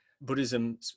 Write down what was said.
Buddhism